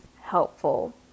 helpful